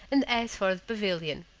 and asked for the pavilion.